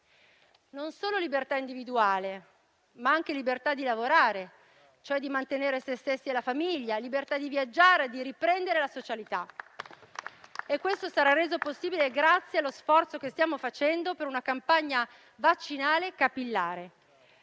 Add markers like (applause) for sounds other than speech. non solo libertà individuale, ma anche libertà di lavorare, cioè di mantenere se stessi e la famiglia; libertà di viaggiare e di riprendere la socialità. (applause) E questo sarà reso possibile grazie allo sforzo che stiamo facendo per una campagna vaccinale capillare.